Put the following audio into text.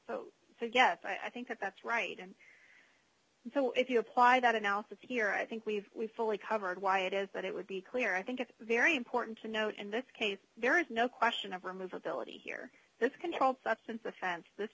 begin so yes i think that's right and so if you apply that analysis here i think we've we fully covered why it is that it would be clear i think it's very important to note in this case there is no question of remove the ability here that's controlled substance offense th